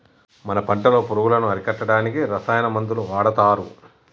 మన పంటలో పురుగులను అరికట్టడానికి రసాయన మందులు వాడతారు